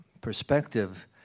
perspective